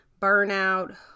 burnout